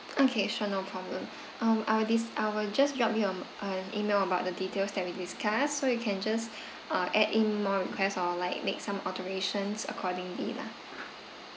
okay sure no problem um I will di~ I will just drop you um an email about the details that we discuss so you can just uh add in more requests or like make some alterations according lah